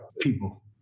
people